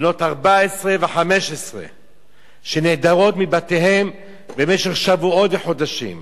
בנות 14 ו-15 שנעדרות מבתיהן במשך שבועות וחודשים,